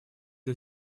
для